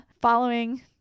following